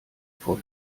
voll